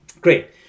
Great